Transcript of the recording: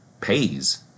pays